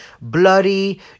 bloody